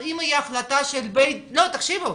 תקשיבו,